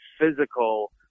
physical